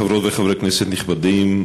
חברות וחברי כנסת נכבדים,